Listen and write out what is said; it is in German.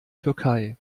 türkei